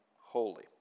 holy